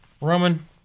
Roman